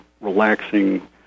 relaxing